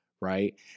right